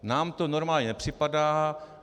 Nám to normální nepřipadá.